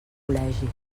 col·legi